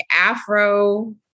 Afro